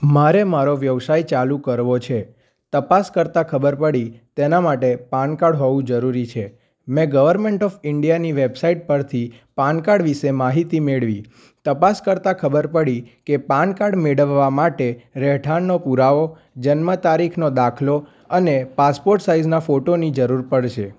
મારે મારો વ્યવસાય ચાલુ કરવો છે તપાસ કરતાં ખબર પડી તેના માટે પાન કાર્ડ હોવું જરૂરી છે મેં ગવર્મેન્ટ ઓફ ઈન્ડિયાની વેબસાઇટ પરથી પાન કાર્ડ વિશે માહિતી મેળવી તપાસ કરતાં ખબર પડી કે પાન કાર્ડ મેળવવા માટે રહેઠાણનો પુરાવો જન્મ તારીખનો દાખલો અને પાસપોર્ટ સાઈઝના ફોટોની જરૂર પડશે